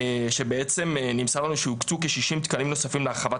שבעצם נמסר לנו שהוקצו כששים תקנים נוספים להרחבת